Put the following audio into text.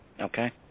Okay